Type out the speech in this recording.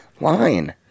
line